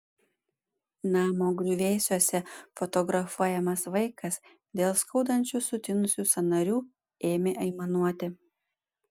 namo griuvėsiuose fotografuojamas vaikas dėl skaudančių sutinusių sąnarių ėmė aimanuoti